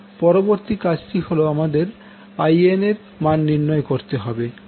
পরবর্তী কাজটি হলো আমাদের IN এর মান নির্ণয় করতে হবে